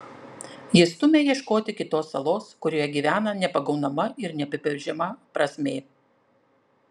ji stumia ieškoti kitos salos kurioje gyvena nepagaunama ir neapibrėžiama prasmė